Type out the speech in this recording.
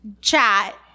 chat